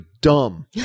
dumb